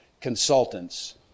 consultants